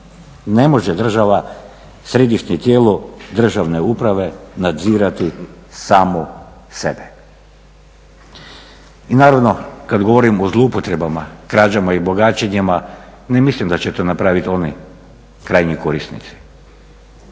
Ne može država središnje tijelo državne uprave nadzirati samo sebe. I naravno kad govorimo o zloupotrebama, krađama i bogaćenjima ne mislim da će to napraviti oni krajnji korisnici,